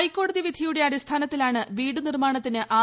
ഹൈക്കോടതി വിധിയുടെ അടിസ്ഥാനത്തിലാണ് വ്വീടുന്നിർമ്മാണത്തിന് ആർ